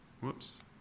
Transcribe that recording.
Whoops